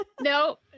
No